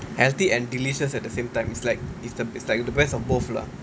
healthy and delicious at the same time is like is the is the best of both lah